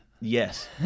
Yes